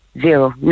Zero